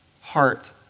heart